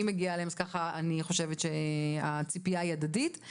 מגיעה אליהם כך אני חושבת שהציפייה היא הדדית.